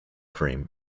cream